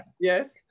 yes